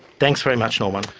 thanks very much norman.